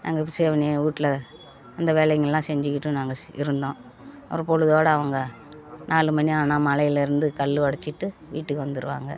நாங்கள் செவனே வீட்ல அந்த வேலைங்களலாம் செஞ்சிக்கிட்டு நாங்கள் இருந்தோம் அப்புறம் பொழுதோட அவங்க நாலு மணி ஆனால் மலையிலிருந்து கல் உடச்சிட்டு வீட்டுக்கு வந்துடுவாங்க